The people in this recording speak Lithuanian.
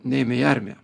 neėmė į armiją